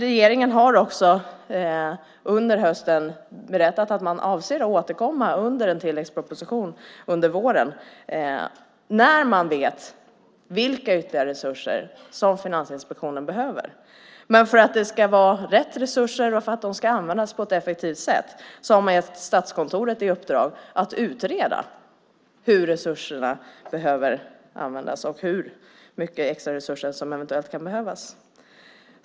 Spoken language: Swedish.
Regeringen har också under hösten berättat att man avser att återkomma i en tilläggsproposition under våren när man vet vilka ytterligare resurser som Finansinspektionen behöver. För att det ska vara rätt resurser och för att de ska användas på ett effektivt sätt har man gett Statskontoret i uppdrag att utreda hur resurserna används och hur mycket extra resurser som eventuellt kan behövas.